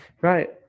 Right